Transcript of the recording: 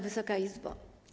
Wysoka Izbo!